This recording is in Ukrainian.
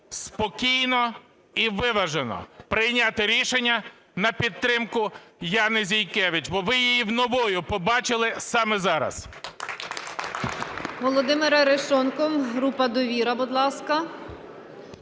спокійно і виважено прийняти рішення на підтримку Яни Зінкевич, бо ви її новою побачили саме зараз.